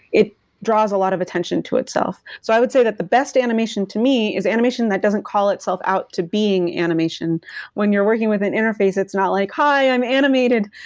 it draws a lot of attention to itself. so i would say that the best animation to me is animation that doesn't call itself out to being animation when you're working with an interface, it's not like, hi, i'm animated.